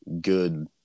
good